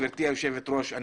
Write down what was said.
גברתי היושבת ראש,